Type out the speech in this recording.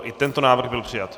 I tento návrh byl přijat.